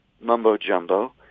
mumbo-jumbo